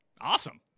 Awesome